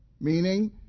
meaning